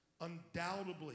undoubtedly